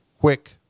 quick